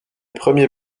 premiers